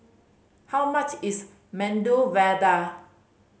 how much is Medu Vada